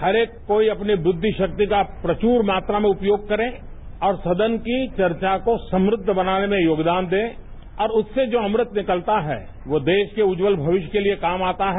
हर एक कोई अपनी बुद्दिराक्ति का प्रच्नर मात्रा में उपयोग करें और संसद की चर्चा को सम्रद्ध बनाने में योगदान दें और उससे जो अमृत निकलता है वो देश के उज्वल भविष्य के लिए काम आता है